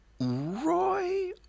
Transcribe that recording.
Roy